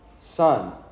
Son